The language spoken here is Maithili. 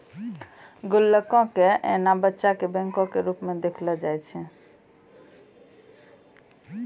गुल्लको के एना बच्चा के बैंको के रुपो मे जानलो जाय छै